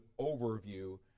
overview